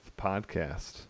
podcast